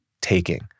taking